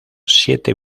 siete